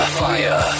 fire